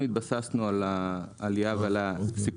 צריך להבין שאנחנו התבססנו על העלייה ועל הסיכומים